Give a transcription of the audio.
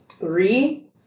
three